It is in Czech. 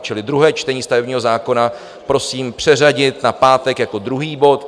Čili druhé čtení stavebního zákona prosím přeřadit na pátek jako druhý bod.